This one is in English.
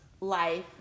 life